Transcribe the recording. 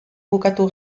bukatu